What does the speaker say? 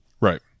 right